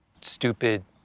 stupid